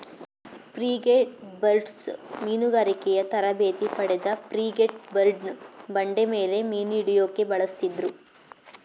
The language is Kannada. ಫ್ರಿಗೇಟ್ಬರ್ಡ್ಸ್ ಮೀನುಗಾರಿಕೆ ತರಬೇತಿ ಪಡೆದ ಫ್ರಿಗೇಟ್ಬರ್ಡ್ನ ಬಂಡೆಮೇಲೆ ಮೀನುಹಿಡ್ಯೋಕೆ ಬಳಸುತ್ತಿದ್ರು